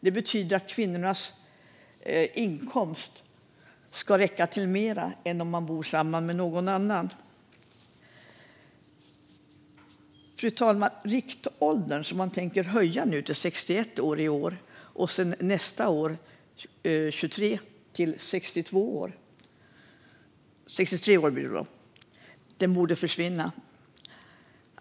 Det betyder att kvinnornas inkomst ska räcka till mer än om de bor samman med någon annan. Fru talman! Riktåldern har höjts från 61 år till 62 år i år, och förslag finns att den 2023 ska höjas till 63 år. Riktåldern borde försvinna.